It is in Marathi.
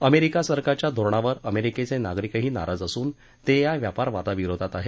अमेरिका सरकारच्या धोरणावर अमेरिकेचे नागरीकही नाराज असून ते या व्यापार वादाविरोधात आहेत